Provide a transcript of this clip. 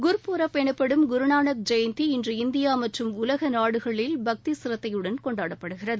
குருபூராப் எனப்படும் குருநானக் ஜெயந்தி இன்று இந்தியா மற்றும் உலக நாடுகளில் பக்தி சிரத்தையுடன் கொண்டாடப்படுகிறது